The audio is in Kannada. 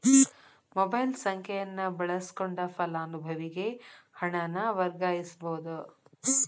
ಮೊಬೈಲ್ ಸಂಖ್ಯೆಯನ್ನ ಬಳಸಕೊಂಡ ಫಲಾನುಭವಿಗೆ ಹಣನ ವರ್ಗಾಯಿಸಬೋದ್